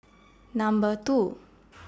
Number two